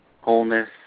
wholeness